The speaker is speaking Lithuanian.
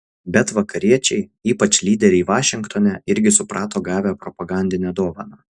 bet vakariečiai ypač lyderiai vašingtone irgi suprato gavę propagandinę dovaną